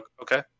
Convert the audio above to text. Okay